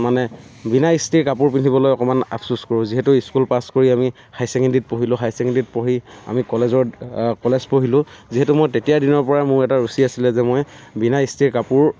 মানে বিনা ইস্ত্ৰিৰ কাপোৰ পিন্ধিবলৈ অকণমান আপচোচ কৰোঁ যিহেতু স্কুল পাছ কৰি আমি হাই ছেকেণ্ডেৰী পঢ়িলোঁ হাই ছেকেণ্ডেৰীত পঢ়ি আমি কলেজৰ কলেজ পঢ়িলো যিহেতু মই তেতিয়াই দিনৰ পৰা মোৰ এটা ৰুচি আছিলে যে মই বিনা ইস্ত্ৰিৰ কাপোৰ